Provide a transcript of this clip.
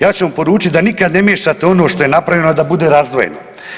Ja ću vam poručiti da nikad ne miješate ono što je napravljeno da bude razdvojeno.